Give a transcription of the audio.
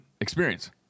experience